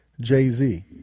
Jay-Z